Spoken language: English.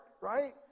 right